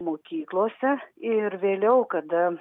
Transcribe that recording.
mokyklose ir vėliau kada